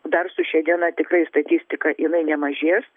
dar su šia diena tikrai statistika jinai nemažės